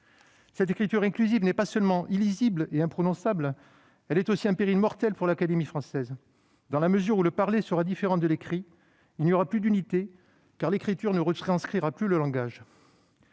Cette écriture inclusive n'est pas seulement illisible et imprononçable ; elle est aussi un « péril mortel » aux yeux de l'Académie française. Dans la mesure où le parler sera différent de l'écrit, il n'y aura plus d'unité, car l'écriture ne retranscrira plus le langage.